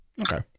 Okay